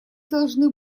должны